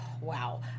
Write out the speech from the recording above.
Wow